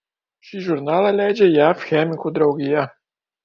šį žurnalą leidžia jav chemikų draugija